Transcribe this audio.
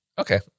Okay